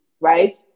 right